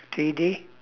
T_D